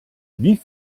wie